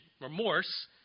remorse